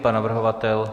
Pan navrhovatel?